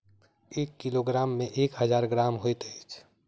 एक किलोग्राम मे एक हजार ग्राम होइत अछि